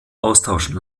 austauschen